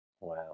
Wow